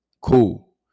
cool